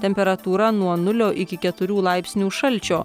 temperatūra nuo nulio iki keturių laipsnių šalčio